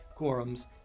quorums